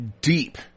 deep